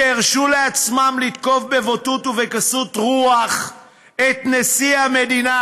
שהרשו לעצמם לתקוף בבוטות ובגסות רוח את נשיא המדינה